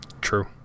True